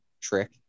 trick